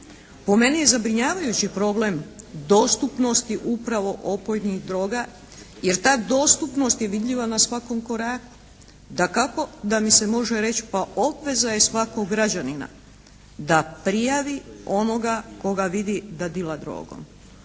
Po meni je zabrinjavajući problem dostupnosti upravo opojnih droga, jer ta dostupnost je vidljiva na svakom koraku. Dakako da mi se može reći, pa obveza je svakog građanina da prijavi onoga koga vidi da dila drogom.